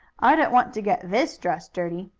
i don't want to get this dress dirty.